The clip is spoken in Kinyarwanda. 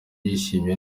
ndishimye